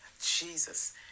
Jesus